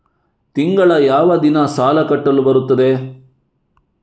ತಿಂಗಳ ಯಾವ ದಿನ ಸಾಲ ಕಟ್ಟಲು ಬರುತ್ತದೆ?